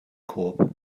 korb